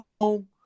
home